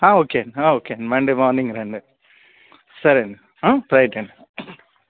okay అండి okay అండి Monday morning రండి సరే అండి రైట్ అండి